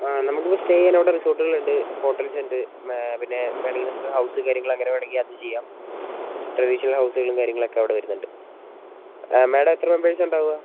ആ നമുക്ക് ഇപ്പോൾ സ്റ്റേ ചെയ്യാൻ ഇവിടെ റിസോർട്ടുകൾ ഉണ്ട് ഹോട്ടൽസ് ഉണ്ട് പിന്നെ വേണമെങ്കിൽ നമുക്ക് ഹൗസ് കാര്യങ്ങൾ അങ്ങനെ വേണമെങ്കിൽ അതും ചെയ്യാം ട്രഡീഷണൽ ഹൗസുകളും കാര്യങ്ങളുമൊക്കെ അവിടെ വരുന്നുണ്ട് ആ മാഡം എത്ര മെമ്പേഴ്സാ ഉണ്ടാക